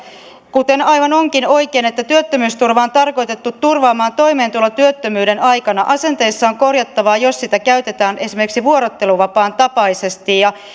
kuten aivan oikein onkin että työttömyysturva on tarkoitettu turvaamaan toimeentulo työttömyyden aikana asenteissa on korjattavaa jos sitä käytetään esimerkiksi vuorotteluvapaan tapaisesti